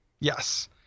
Yes